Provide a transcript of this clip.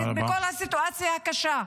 מכל הסיטואציה הקשה.